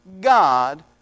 God